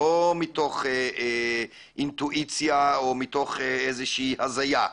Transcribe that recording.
לא מתוך אינטואיציה או מתוך איזה שהיא הזיה,